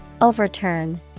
Overturn